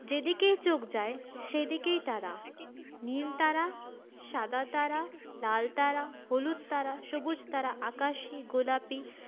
যেদিকেই চোখ যায় সেদিকেই তারা নীল তারা সাদা তারা লাল তারা হলুদ তারা সবুজ তারা আকাশি গোলাপি